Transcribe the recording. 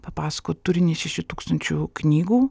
papasakot turinį šešių tūkstančių knygų